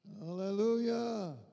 Hallelujah